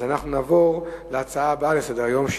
אז אנחנו נעבור להצעה הבאה לסדר-היום,